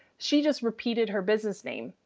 she just repeated her business name,